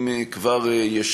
אם כבר יש